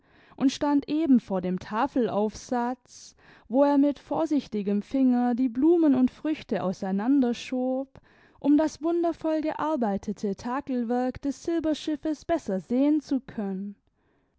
und stand eben vor dem tafelaufsatz wo er mit vorsichtigem finger die blumen und früchte auseinander schob um das wundervoll gearbeitete takelwerk des silberschiffes besser sehen zu können